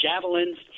javelins